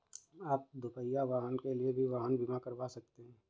आप दुपहिया वाहन के लिए भी वाहन बीमा करवा सकते हैं